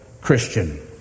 Christian